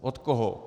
Od koho?